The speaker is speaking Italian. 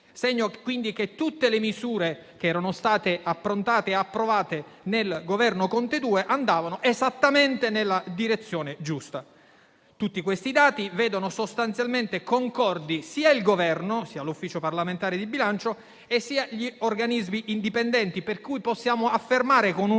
segno quindi che tutte le misure che erano state approntate e approvate con il Governo Conte II andavano esattamente nella direzione giusta. Tutti questi dati vedono sostanzialmente concordi sia il Governo, sia l'Ufficio parlamentare di bilancio, sia gli organismi indipendenti, per cui possiamo affermare con una